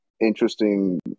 interesting